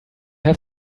have